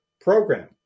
program